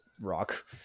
rock